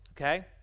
okay